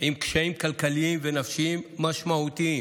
עם קשיים כלכליים ונפשיים משמעותיים.